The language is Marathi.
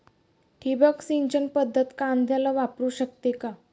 ठिबक सिंचन पद्धत कांद्याला वापरू शकते का?